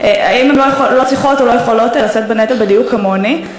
האם הן לא צריכות או לא יכולות לשאת בנטל בדיוק כמוני?